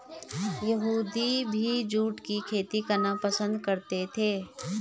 यहूदी भी जूट की खेती करना पसंद करते थे